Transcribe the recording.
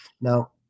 Now